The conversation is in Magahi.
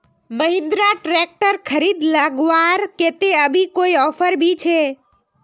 महिंद्रा ट्रैक्टर खरीद लगवार केते अभी कोई ऑफर भी छे?